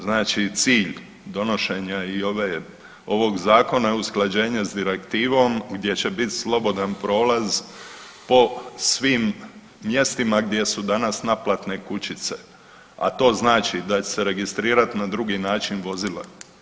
Znači cilj donošenja i ovog zakona je usklađenje s direktivom gdje će bit slobodan prolaz po svim mjestima gdje su danas naplatne kućice, a to znači da će se registrirat na drugi način vozila.